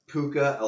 Puka